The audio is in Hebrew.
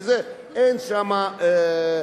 וזה, אין שם סטודנטים.